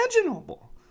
imaginable